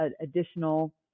additional